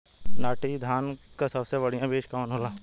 नाटी धान क सबसे बढ़िया बीज कवन होला?